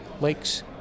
Lakes